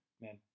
man